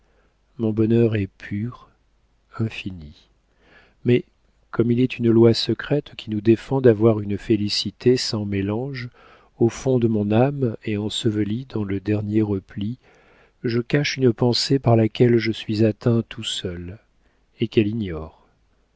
mon bonheur est pur infini mais comme il est une loi secrète qui nous défend d'avoir une félicité sans mélange au fond de mon âme et ensevelie dans le dernier repli je cache une pensée par laquelle je suis atteint tout seul et qu'elle ignore